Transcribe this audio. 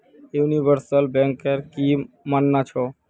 universal banker की मानना छ